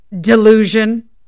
delusion